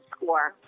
Score